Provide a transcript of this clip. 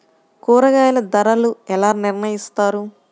కూరగాయల ధరలు ఎలా నిర్ణయిస్తారు?